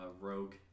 Rogue